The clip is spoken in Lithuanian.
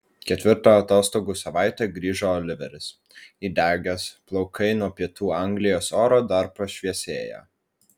ketvirtą atostogų savaitę grįžo oliveris įdegęs plaukai nuo pietų anglijos oro dar pašviesėję